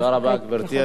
תודה רבה, גברתי.